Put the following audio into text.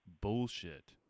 bullshit